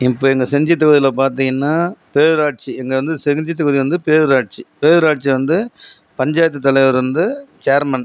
இப்போது எங்கள் செஞ்சி தொகுதியில் பார்த்தீங்கன்னா பேரூராட்சி இங்கே வந்து செஞ்சி தொகுதியில் வந்து பேரூராட்சி பேரூராட்சி வந்து பஞ்சாயத்து தலைவர் வந்து சேர்மன்